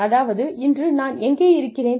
அதாவது இன்று நான் எங்கே இருக்கிறேன்